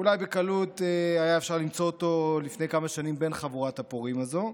אולי בקלות אפשר היה למצוא אותו לפני כמה שנים בין חבורת הפורעים הזאת.